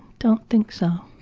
don't think so,